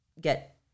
get